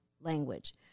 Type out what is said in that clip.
language